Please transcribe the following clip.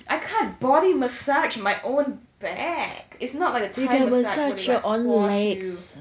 I can't body massage my own back it's not like I can massage and like squash you